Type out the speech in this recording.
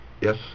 Yes